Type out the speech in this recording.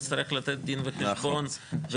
אבל אם יבוא מישהו והוא צריך קרדיולוג ויתנו